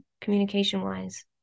communication-wise